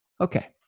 Okay